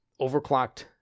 Overclocked